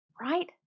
Right